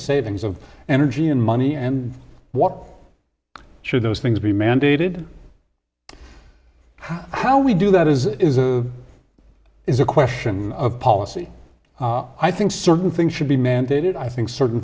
savings of energy and money and what should those things be mandated how we do that is a is a question of policy i think certain things should be mandated i think certain